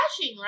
right